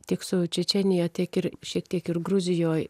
tik su čečėnija tiek ir šiek tiek ir gruzijoj